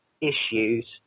issues